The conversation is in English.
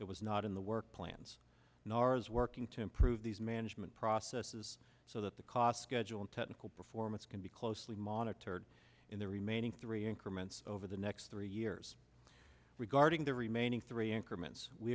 that was not in the work plans nars working to improve these management processes so that the cost schedule and technical performance can be closely monitored in the remaining three increments over the next three years regarding the remaining three inc